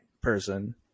person